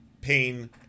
pain